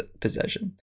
possession